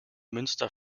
münster